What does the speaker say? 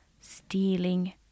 stealing